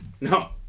No